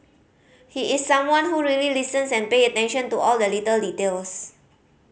he is someone who really listens and pay attention to all the little details